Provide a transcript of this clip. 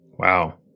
Wow